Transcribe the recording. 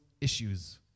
issues